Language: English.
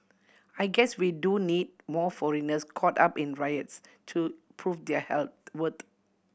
I guess we do need more foreigners caught up in riots to prove their health worth